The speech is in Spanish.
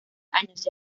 años